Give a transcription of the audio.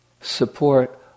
support